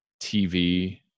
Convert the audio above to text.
TV